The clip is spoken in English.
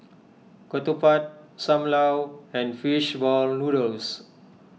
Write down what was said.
Ketupat Sam Lau and Fish Ball Noodles